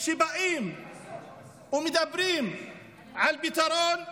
כשבאים ומדברים על פתרון צבאי,